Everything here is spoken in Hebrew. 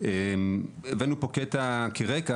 הבאנו פה קטע כרקע,